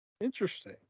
Interesting